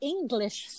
English